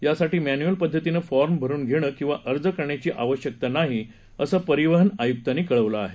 त्यासाठी मॅन्यु स्न पद्धतीनं फॉर्म भरून घेणं किंवा उर्ज करण्याची आवश्यकता नाही सं परिवहन आयुक्तांनी कळवलं आहे